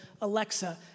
Alexa